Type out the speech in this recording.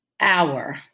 hour